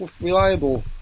reliable